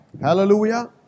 Hallelujah